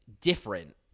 different